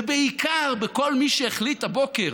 ובעיקר, כל מי שהחליט הבוקר